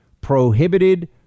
prohibited